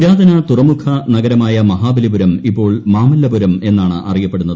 പുരാതന തുറമുഖ നഗരമായ മഹാബലിപുരം ഇപ്പോൾ മാമല്ലപുരം എന്നാണ് അറിയപ്പെടുന്നത്